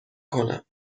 کنم